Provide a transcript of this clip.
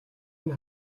энэ